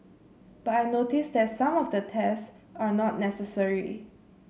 but I notice that some of the tests are not necessary